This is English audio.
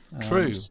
True